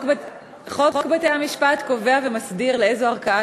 חוק בתי-המשפט קובע ומסדיר לאיזו ערכאה